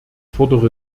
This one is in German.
fordere